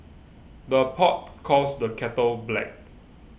the pot calls the kettle black